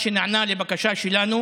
נענה לבקשה שלנו